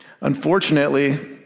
Unfortunately